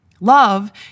Love